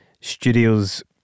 studios